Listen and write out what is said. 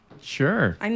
sure